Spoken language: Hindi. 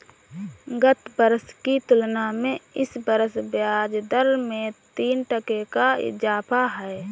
गत वर्ष की तुलना में इस वर्ष ब्याजदर में तीन टके का इजाफा है